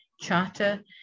charter